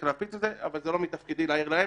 להגיב הרבה יותר מהר ממה שמגיבים היום,